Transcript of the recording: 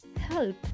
help